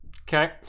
Okay